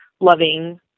loving